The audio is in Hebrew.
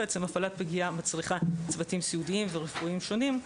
הפעלת פגייה מצריכה צוותים סיעודיים ורפואיים שונים: